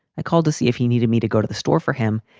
i called to see if he needed me to go to the store for him,